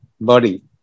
body